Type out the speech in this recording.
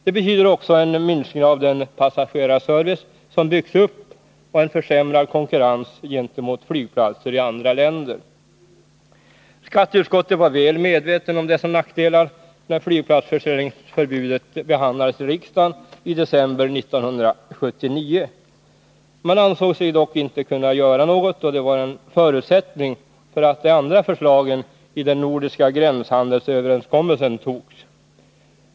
Det betyder också en minskning av den passagerarservice som byggts upp och en försämrad konkurrens gentemot flygplatser i andra länder. Skatteutskottet var väl medvetet om dessa nackdelar när 1, oplatsförsäljningsförbudet behandlades i riksdagen i december 1979. Man ansåg sig dock inte kunna göra något, då förbudet var en förutsättning för att de andra förslagen i den nordiska gränshandelsöverenskommelsen skulle antas.